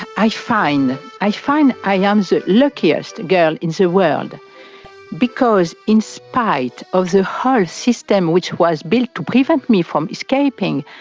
i find i find i am the luckiest girl in the so world because in spite of the whole system which was built to prevent me from escaping,